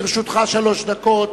לרשותך שלוש דקות,